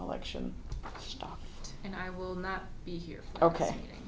election stuff and i will not be here ok